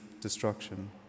destruction